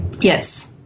yes